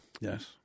Yes